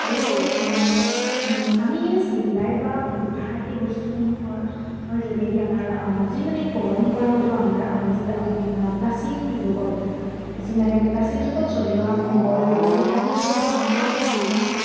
তাৰোপৰি আমি চিলাই বা গোঠা এই বস্তুসমূহৰ যোগেদি আমাৰ যিমানে পৰম্পৰাগত আমাৰ যি আপোন প্ৰাচীন যুগত যি মানে প্ৰাচীন যুগত চলি অহা মোগল বা চুল্টানি যুগৰ সময় পৰাই আমাৰ